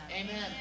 Amen